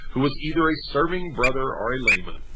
who was either a serving-brother or a layman,